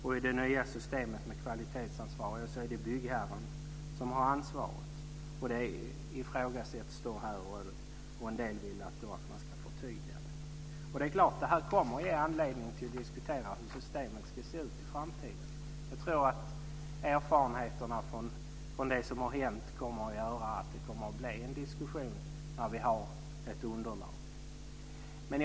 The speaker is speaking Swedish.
I det nya systemet med kvalitetsansvarig är det byggherren som har ansvaret. Det ifrågasätts här, och en del vill att man ska förtydliga det. Det kommer att ge anledning till diskussioner om hur systemet ska se ut i framtiden. Erfarenheterna från det som har hänt kommer att göra att det kommer att bli en diskussion när vi har ett underlag.